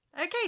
okay